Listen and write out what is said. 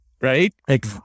Right